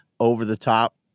over-the-top